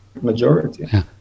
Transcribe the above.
majority